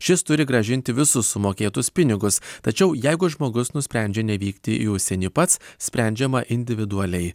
šis turi grąžinti visus sumokėtus pinigus tačiau jeigu žmogus nusprendžia nevykti į užsienį pats sprendžiama individualiai